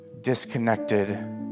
disconnected